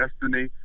destiny